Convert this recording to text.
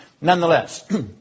Nonetheless